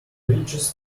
fridges